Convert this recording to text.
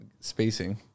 spacing